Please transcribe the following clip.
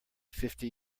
fifty